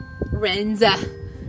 Renza